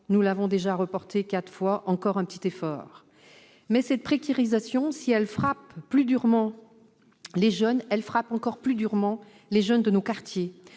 vous l'avez déjà reportée quatre fois, encore un petit effort ... Si cette précarisation frappe durement les jeunes en général, elle frappe encore plus durement les jeunes de nos quartiers.